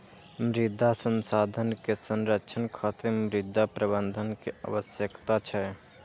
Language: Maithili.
मृदा संसाधन के संरक्षण खातिर मृदा प्रबंधन के आवश्यकता छै